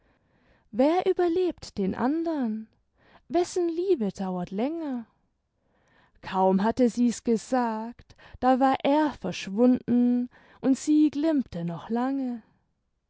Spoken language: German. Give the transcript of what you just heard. wer überlebt den andern wessen liebe dauert länger kaum hatte sie's gesagt da war er verschwunden und sie glimmte noch lange